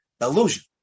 illusion